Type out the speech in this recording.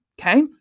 okay